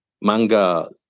manga